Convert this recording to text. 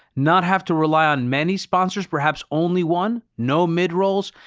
not have to rely on many sponsors. perhaps only one. no mid-rolls.